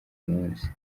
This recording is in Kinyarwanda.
munsi